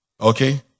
Okay